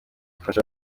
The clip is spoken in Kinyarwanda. dufashe